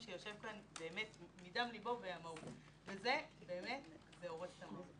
שיושב כאן באמת מדבר מדם לבו וזה באמת הורס את המהות.